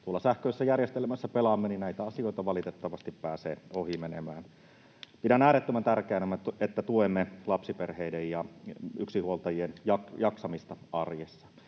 tuolla sähköisessä järjestelmässä pelaamme, niin näitä asioita valitettavasti pääsee ohi menemään. Pidän äärettömän tärkeänä, että tuemme lapsiperheiden ja yksinhuoltajien jaksamista arjessa,